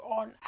on